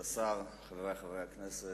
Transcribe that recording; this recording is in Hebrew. כבוד השר, חברי חברי הכנסת,